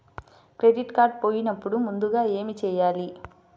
Credit card పోయినపుడు ముందుగా ఏమి చేయాలి?